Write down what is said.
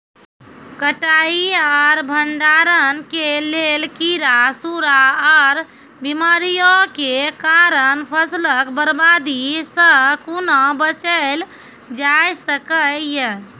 कटाई आर भंडारण के लेल कीड़ा, सूड़ा आर बीमारियों के कारण फसलक बर्बादी सॅ कूना बचेल जाय सकै ये?